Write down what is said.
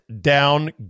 down